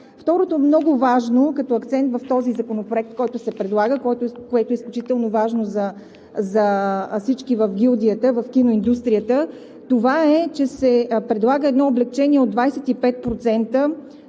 Второто много важно като акцент в Законопроекта, който се предлага, което е изключително важно за всички в гилдията, в киноиндустрията е това, че се предлага облекчение от 25%